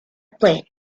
plane